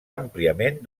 àmpliament